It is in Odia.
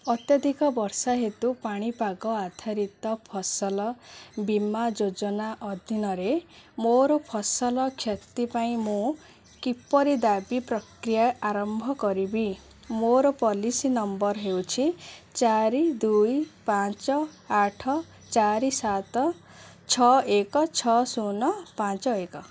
ଅତ୍ୟାଧିକ ବର୍ଷା ହେତୁ ପାଣିପାଗ ଆଧାରିତ ଫସଲ ବୀମା ଯୋଜନା ଅଧୀନରେ ମୋର ଫସଲ କ୍ଷତି ପାଇଁ ମୁଁ କିପରି ଦାବି ପ୍ରକିୟା ଆରମ୍ଭ କରିବି ମୋର ପଲିସି ନମ୍ବର ହେଉଛି ଚାରି ଦୁଇ ପାଞ୍ଚ ଆଠ ଚାରି ସାତ ଛଅ ଏକ ଛଅ ଶୂନ ପାଞ୍ଚ ଏକ